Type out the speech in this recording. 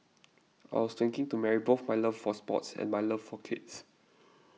I was thinking to marry both my love for sports and my love for kids